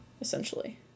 essentially